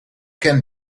can